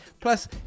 Plus